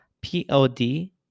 P-O-D